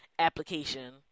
application